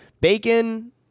Bacon